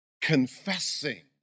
confessing